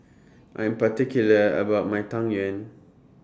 I'm particular about My Tang Yuen